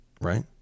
right